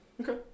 Okay